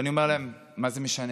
ואני אומר להם: מה זה משנה?